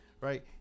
Right